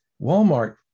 Walmart